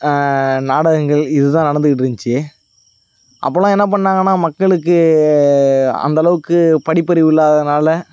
நாடகங்கள் இதுதான் நடந்துக்கிட்டு இருந்துச்சு அப்பெல்லாம் என்ன பண்ணாங்கன்னால் மக்களுக்கு அந்தளவுக்கு படிப்பறிவு இல்லாததனால்